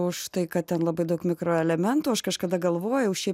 už tai kad ten labai daug mikroelementų aš kažkada galvojau šiaip